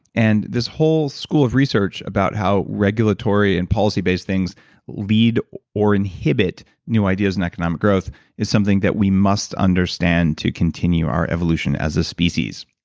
and this whole school of research about how regulatory and policy-based things lead or inhibit new ideas in economic growth is something that we must understand to continue our evolution as a species